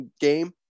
game